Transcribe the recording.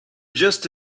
just